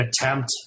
attempt